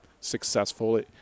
successful